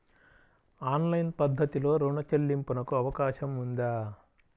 Online పద్ధతిలో రుణ చెల్లింపునకు అవకాశం ఉందా?